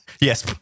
Yes